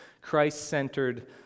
Christ-centered